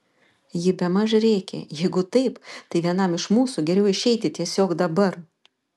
ji bemaž rėkė jeigu taip tai vienam iš mūsų geriau išeiti tiesiog dabar